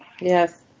Yes